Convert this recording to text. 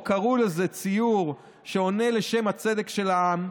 או קראו לזה ציור, שעונה לשם "הצדק של העם".